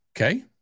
Okay